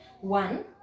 One